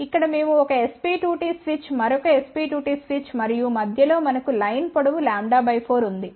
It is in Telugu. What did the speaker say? ఇక్కడ మేము ఒక SP2T స్విచ్ మరొక SP2T స్విచ్ మరియు మధ్య లో మనకు లైన్ పొడవు λ 4 వుంది